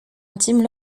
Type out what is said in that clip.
intimes